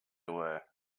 were